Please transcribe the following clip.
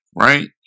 right